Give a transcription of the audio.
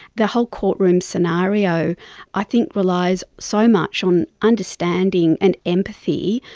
the whole courtroom scenario i think relies so much on understanding and empathy,